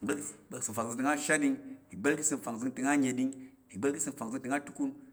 ìgbá̱l ka̱ ìsəm fangzəngtəng ashat, ìgbá̱l ka̱ ìsəm fangzəngtəng anəding, ìgbá̱l ka̱ ìsəm fangzəngtəng atukun,